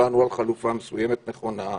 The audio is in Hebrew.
הצבענו על חלופה מסוימת נכונה.